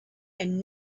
and